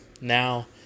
now